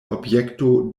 objekto